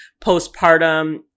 postpartum